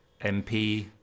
MP